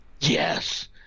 yes